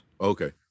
Okay